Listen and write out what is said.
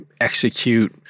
execute